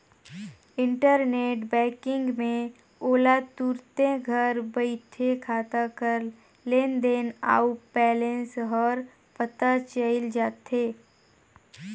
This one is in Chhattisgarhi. इंटरनेट बैंकिंग में ओला तुरते घर बइठे खाता कर लेन देन अउ बैलेंस हर पता चइल जाथे